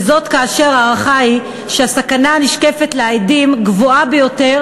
וזאת כאשר ההערכה היא שהסכנה הנשקפת לעדים גבוהה ביותר